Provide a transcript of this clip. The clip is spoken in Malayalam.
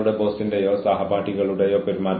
അവർ പരിഹസിക്കപ്പെട്ടതായി അവർക്ക് തോന്നുന്നു